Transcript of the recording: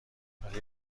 ولی